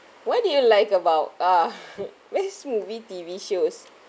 what did you like about uh which movie T_V shows